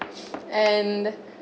and the